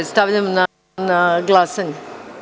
Stavljam na glasanje.